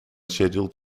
scheduled